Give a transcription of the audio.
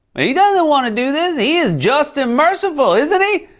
but he doesn't wanna do this. he is just ah merciful, isn't he?